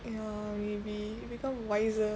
ya maybe we become wiser